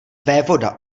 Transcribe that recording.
vévoda